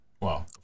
Wow